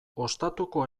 ostatuko